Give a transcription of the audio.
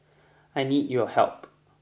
I need your help